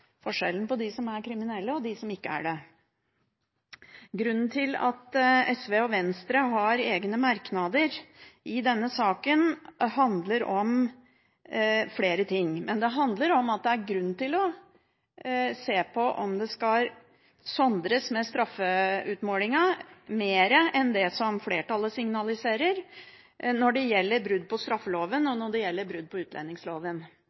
forskjellen mellom dem som er kriminelle, og dem som ikke er det. Det er flere grunner til at SV og Venstre har egne merknader i denne saken, men det handler om at det er grunn til å se på om det i straffeutmålingen skal sondres mer enn det som flertallet signaliserer, mellom brudd på straffeloven og brudd på utlendingsloven.